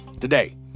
today